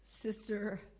Sister